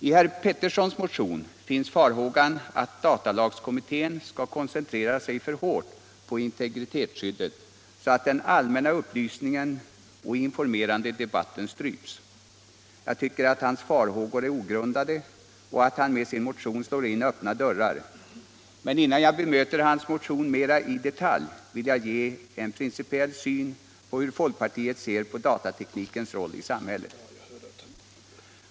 I herr Petterssons i Lund motion finns farhågan att datalagskommittén skall koncentrera sig för hårt på integritetsskyddet, så att den allmänna upplysningen och informerande debatten stryps. Jag tycker att hans farhågor är ogrundade och att han med sin motion slår in öppna dörrar. Men innan jag bemöter hans motion mera i detalj vill jag redovisa folkpartiets principiella syn på datateknikens roll i samhället.